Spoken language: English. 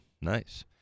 Nice